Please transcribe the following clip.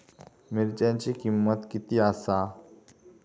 मिरच्यांची किंमत किती आसा?